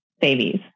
Babies